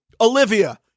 Olivia